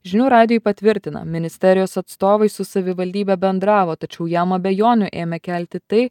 žinių radijui patvirtina ministerijos atstovai su savivaldybe bendravo tačiau jam abejonių ėmė kelti tai